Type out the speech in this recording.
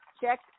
Check